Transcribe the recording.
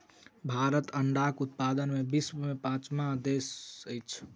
भारत अंडाक उत्पादन मे विश्वक पाँचम देश अछि